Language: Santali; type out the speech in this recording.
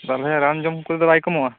ᱛᱟᱦᱚᱞᱮ ᱨᱟᱱ ᱡᱚᱢ ᱠᱟᱛᱮ ᱫᱚ ᱵᱟᱭ ᱠᱚᱢᱚᱜ ᱟ